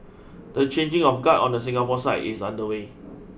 the changing of guard on the Singapore side is underway